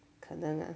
可能啊